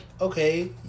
okay